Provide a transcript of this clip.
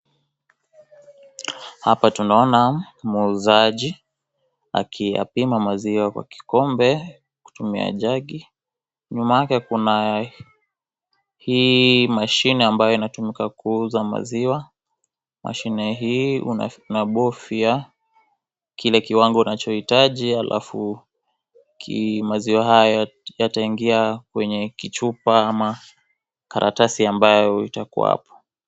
Hapa tunaona muuzaji akiyapima maziwa kwa kikombe kutumia jagi, nyuma yake kuna hii mashine ambayo inatumika kuuza maziwa, mashine hii inabofya kile kiwango unachoitaji alafu maziwa haya yataingia kwenye kichupa ama karatasi ambayo itakuwapo.